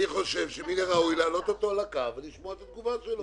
חושב שמן הראוי להעלות אותו על הקו ולשמוע את התגובה שלו.